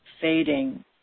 fading